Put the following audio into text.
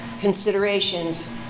considerations